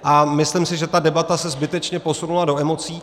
A myslím si, že ta debata se zbytečně posunula do emocí.